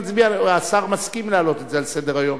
השר מסכים להעלות את זה על סדר-היום.